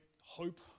hope